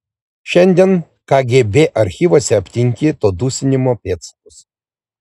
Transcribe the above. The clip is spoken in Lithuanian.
šiandien kgb archyvuose aptinki to dusinimo pėdsakus